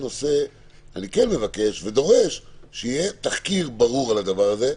אני כן מבקש ודורש שיהיה תחקיר ברור על הדבר הזה,